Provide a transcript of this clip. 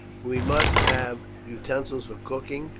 we must have utensils for cooking,